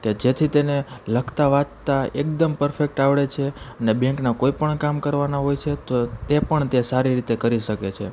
કે જેથી તેને લખતાં વાંચતાં એકદમ પરફેક્ટ આવડે છે ને બેંકનાં કોઈ પણ કામ કરવાનાં હોય છે તે પણ તે સારી રીતે કરી શકે છે